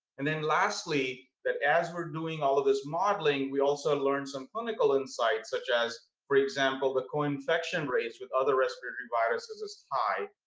and then lastly, that as we're doing all of this modeling, we also learn some clinical insights such as for example, the co-infection rates with other respiratory viruses as illegible.